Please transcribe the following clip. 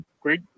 great